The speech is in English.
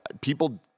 people